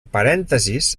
parèntesis